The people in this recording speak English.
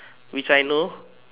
which I know